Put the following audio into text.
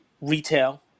retail